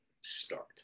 start